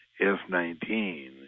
F-19